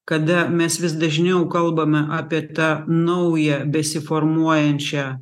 kada mes vis dažniau kalbame apie tą naują besiformuojančią